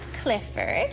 Clifford